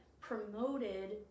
promoted